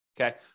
Okay